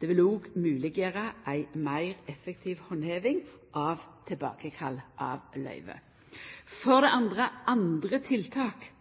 Det vil òg mogleggjera ei meir effektiv handheving av tilbakekall av løyve. For det andre: andre tiltak